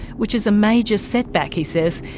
which is a major setback, he says,